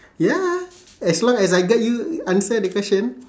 ya as long as I get you answer the question